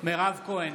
מירב כהן,